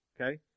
Okay